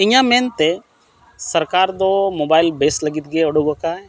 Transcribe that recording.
ᱤᱧᱟᱹᱜ ᱢᱮᱱᱛᱮ ᱥᱚᱨᱠᱟᱨ ᱫᱚ ᱵᱮᱥ ᱞᱟᱹᱜᱤᱫ ᱜᱮᱭ ᱩᱰᱩᱠ ᱟᱠᱟᱫᱟᱭ